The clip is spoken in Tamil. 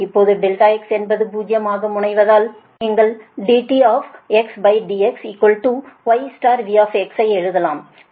இப்போது ∆x என்பது 0 ஆக முனைவதால் நீங்கள் dI dx yV ஐ எழுதலாம்